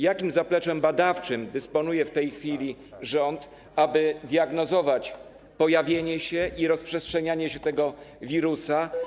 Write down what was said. Jakim zapleczem badawczym dysponuje w tej chwili rząd, umożliwiającym diagnozowanie pojawienia się i rozprzestrzeniania się tego wirusa?